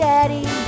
Daddy